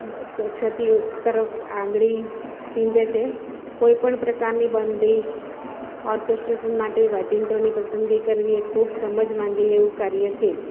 ક્ષતિઓ તરફ આંગળી ચીંધે છે કોઈ પણ પ્રકારની બંધીસ ઓર્કેસ્ટ્રેસન માટે વાજીંત્રોની પસંદગી કરવી એ ખૂબ સમજ માંગી લે એવું કાર્ય છે